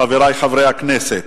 חבר הכנסת